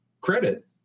credit